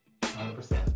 100%